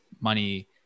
money